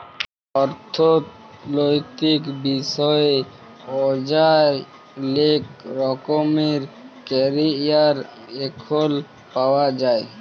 অথ্থলৈতিক বিষয়ে অযায় লেক রকমের ক্যারিয়ার এখল পাউয়া যায়